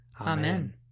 Amen